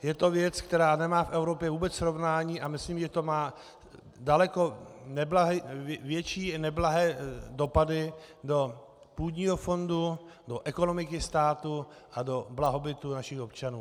Je to věc, která nemá v Evropě vůbec srovnání, a myslím, že to má daleko větší neblahé dopady do půdního fondu, do ekonomiky státu a do blahobytu našich občanů.